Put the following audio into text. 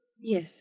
Yes